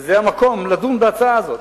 וזה המקום לדון בהצעה הזו.